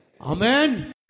Amen